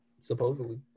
Supposedly